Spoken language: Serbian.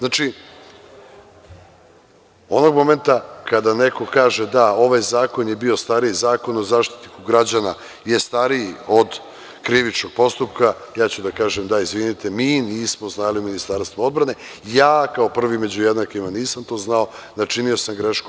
Dakle, onog momenta kada neko kaže – da, ovaj zakon je bio stariji, Zakon o Zaštitniku građana je stariji od krivičnog postupka, ja ću da kažem – da, izvinite, mi nismo znali u Ministarstvu odbrane, ja kao prvi među jednakima nisam to znao, načinio sam grešku.